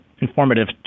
informative